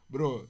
Bro